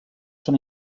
són